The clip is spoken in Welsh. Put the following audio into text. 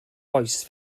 oes